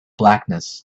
blackness